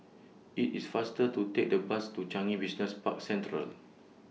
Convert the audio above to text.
IT IS faster to Take The Bus to Changi Business Park Central